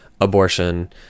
abortion